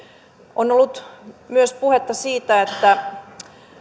on ollut myös puhetta siitä että